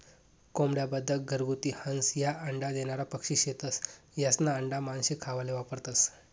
कोंबड्या, बदक, घरगुती हंस, ह्या अंडा देनारा पक्शी शेतस, यास्ना आंडा मानशे खावाले वापरतंस